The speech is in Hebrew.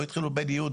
לא התחילו בבן יהודה,